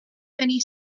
many